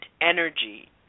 energy